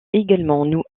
également